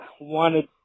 wanted